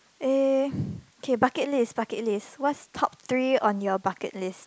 eh okay bucket list bucket list what's top three on your bucket list